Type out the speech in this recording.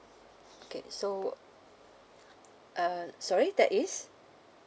okay so uh sorry that is